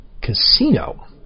casino